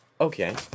Okay